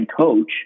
coach